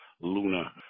Luna